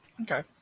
Okay